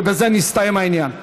ובזה יסתיים העניין.